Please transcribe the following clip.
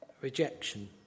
rejection